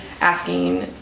asking